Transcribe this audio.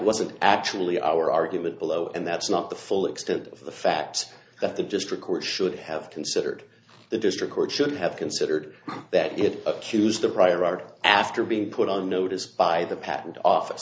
wasn't actually our argument below and that's not the full extent of the fact that the district court should have considered the district court should have considered that it accused the prior art after being put on notice by the patent office